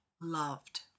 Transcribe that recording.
loved